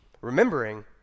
remembering